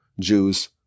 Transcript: Jews